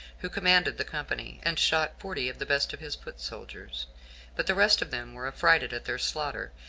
who commanded the company, and shot forty of the best of his foot soldiers but the rest of them were affrighted at their slaughter,